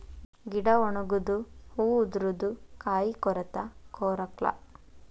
ಗಿಡಾ ಒಣಗುದು ಹೂ ಉದರುದು ಕಾಯಿ ಕೊರತಾ ಕೊರಕ್ಲಾ